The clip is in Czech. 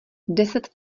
deset